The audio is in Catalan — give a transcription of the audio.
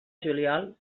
juliol